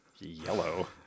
yellow